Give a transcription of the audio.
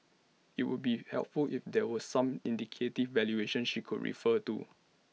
IT would be helpful if there were some indicative valuation she could refer to